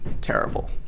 terrible